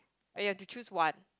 but you have to choose one